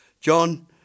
John